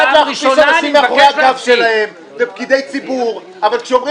כנסת שמרשה לעצמך להכפיש פקיד ציבור בלי